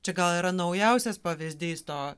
čia gal yra naujausias pavyzdys to